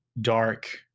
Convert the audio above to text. dark